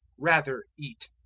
rather eat.